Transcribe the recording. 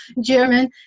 German